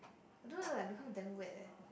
I don't know is like because damn wet eh